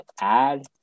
add